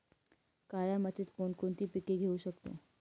काळ्या मातीत कोणकोणती पिके घेऊ शकतो?